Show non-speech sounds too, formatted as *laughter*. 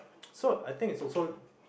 *noise* so I think it's also